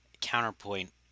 counterpoint